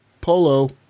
polo